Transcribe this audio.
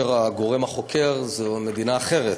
הרי הגורם החוקר הוא מדינה אחרת.